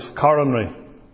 coronary